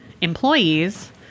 employees